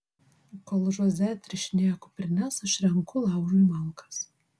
kol žoze atrišinėja kuprines aš renku laužui malkas